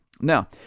Now